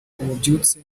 ububyutse